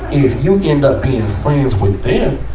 if you end up being friends